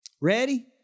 Ready